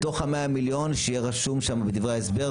בתוך דברי ההסבר יהיה רשום שבתוך ה-100